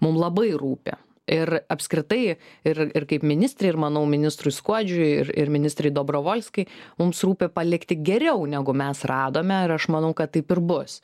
mum labai rūpi ir apskritai ir ir kaip ministrė ir manau ministrui skuodžiui ir ir ministrei dobrovolskai mums rūpi palikti geriau negu mes radome ir aš manau kad taip ir bus